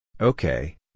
Okay